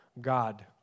God